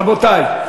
רבותי,